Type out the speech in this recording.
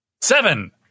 Seven